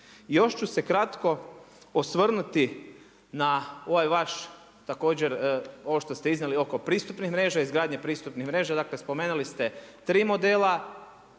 Još ću se kratko osvrnuti na ovaj vaš također ovo što ste iznijeli oko pristupnih mreža, izgradnje pristupnih mreža dakle spomenuli ste tri modela,